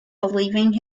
believing